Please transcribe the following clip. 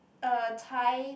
uh Thai